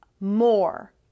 more